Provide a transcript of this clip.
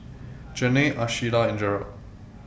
Janay Ashlea and Jerrad